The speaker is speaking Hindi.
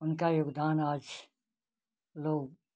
उनका योगदान आज लोग